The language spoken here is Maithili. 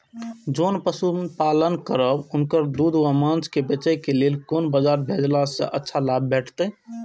जोन पशु पालन करब उनकर दूध व माँस के बेचे के लेल कोन बाजार भेजला सँ अच्छा लाभ भेटैत?